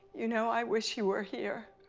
you know i wish he were here,